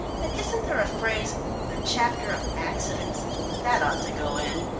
and isn't there a phrase a chapter of accidents' that ought to go in?